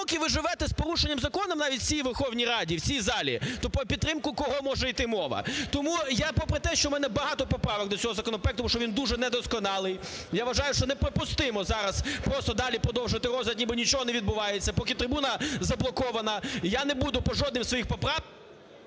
поки ви живете з порушенням законів навіть в цій Верховній Раді, в цій залі, то про підтримку кого може йти мова. Тому я попри те, що в мене багато поправок до цього законопроекту, тому що він дуже недосконалий, я вважаю, що неприпустимо зараз просто далі продовжувати розгляд, ніби нічого не відбувається, поки трибуна заблокована, я не буду по жодним із своїх…